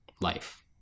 life